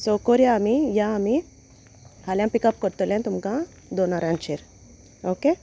so कोरया आमी या आमी हाल्यां पिकअप करतलें तुमकां दोन वरांचेर ओके